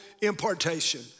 impartation